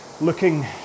looking